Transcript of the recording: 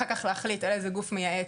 אחר כך להחליט איזה גוף מייעץ